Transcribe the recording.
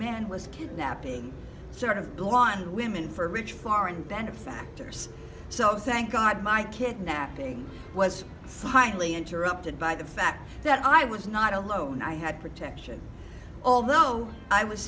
man was kidnapping sort of blonde women for rich foreign benefactors so thank god my kidnapping was finally interrupted by the fact that i was not alone i had protection although i was